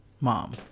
Mom